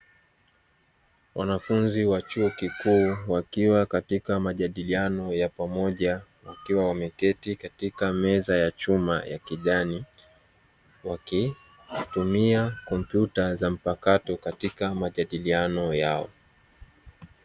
Wanafunzi wa chuo kikuu wakiwa katika majadiliano ya pamoja wakiwa wameketi katika meza ya chuma ya kijani, wakitumia kompyuta katika majadiliano yao.